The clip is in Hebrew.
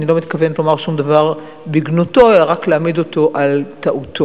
כי אני לא מתכוונת לומר שום דבר בגנותו אלא רק להעמיד אותו על טעותו.